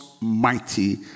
mighty